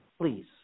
please